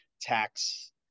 tax